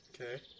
Okay